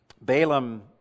Balaam